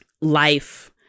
life